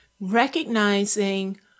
Recognizing